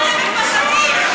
ממה אתם מפחדים?